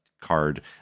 card